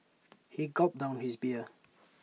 he gulped down his beer